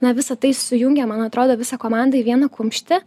na visa tai sujungia man atrodo visą komandą į vieną kumštį